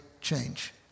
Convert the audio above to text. change